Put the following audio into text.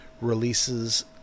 releases